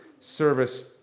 service